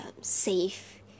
safe